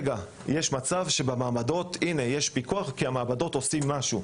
שיש פיקוח במעבדות בגלל שהן עושות משהו,